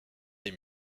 les